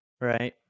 Right